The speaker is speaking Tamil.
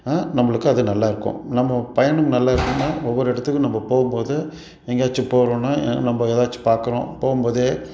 நம்மளுக்கு அது நல்லா இருக்கும் நம்ம பயணம் நல்லா இருக்கணுன்னா ஒவ்வொரு இடத்துக்கும் நம்ப போகும்போது எங்கையாச்சும் போகிறோன்னா நம்ப ஏதாச்சும் பார்க்குறோம் போகும்போதே